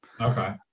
Okay